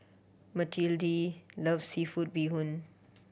Matilde love seafood bee hoon